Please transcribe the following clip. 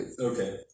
Okay